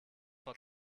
vor